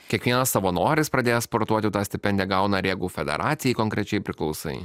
kiekvienas savanoris pradėjęs sportuoti tą stipendiją gauna regbio federacijai konkrečiai priklausai